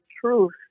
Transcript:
truth